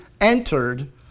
entered